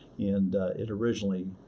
and it originally,